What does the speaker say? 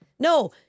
No